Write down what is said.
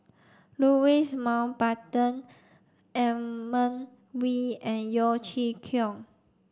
Louis Mountbatten Edmund Wee and Yeo Chee Kiong